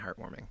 heartwarming